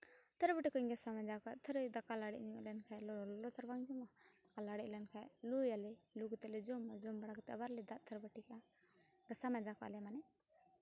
ᱛᱷᱟᱹᱨᱤ ᱵᱟᱹᱴᱤ ᱠᱚᱧ ᱜᱷᱟᱥᱟᱣ ᱢᱟᱡᱟᱣ ᱠᱟᱜ ᱛᱷᱟᱹᱨᱤ ᱫᱟᱠᱟ ᱞᱟᱲᱮᱡ ᱞᱮᱱᱠᱷᱟᱡ ᱞᱚᱞᱚ ᱛᱚ ᱟᱨ ᱵᱟᱞᱮ ᱡᱚᱢᱟ ᱟᱨ ᱞᱟᱲᱮᱡ ᱞᱮᱱᱠᱷᱟᱡ ᱞᱩᱭ ᱟᱞᱮ ᱞᱩ ᱠᱟᱛᱮ ᱞᱮ ᱡᱚᱢᱟ ᱡᱚᱢ ᱵᱟᱲᱟ ᱠᱟᱛᱮ ᱟᱵᱟᱨ ᱞᱮ ᱫᱟᱜ ᱛᱷᱟᱹᱨᱤ ᱵᱟᱹᱴᱤ ᱠᱟᱜᱼᱟ ᱜᱷᱟᱥᱟᱣ ᱢᱟᱡᱟᱣ ᱠᱟᱜᱼᱟ ᱞᱮ ᱢᱟᱱᱮ